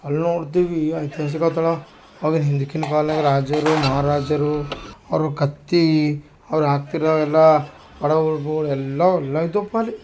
ಅಲ್ಲಿ ನೋಡ್ತೀವಿ ಐತಿಹಾಸಿಕ ಸ್ಥಳ ಅವನ್ನು ಹಿಂದಿನ್ ಕಾಲ್ನಾಗ ರಾಜರು ಮಹಾರಾಜರು ಅವ್ರು ಕತ್ತಿ ಅವ್ರು ಹಾಕ್ತಿರೋ ಎಲ್ಲ ಒಳಉಡ್ಪುಗಳ್ ಎಲ್ಲ ಎಲ್ಲ ಇದ್ವುಪ್ಪ ಅಲ್ಲಿ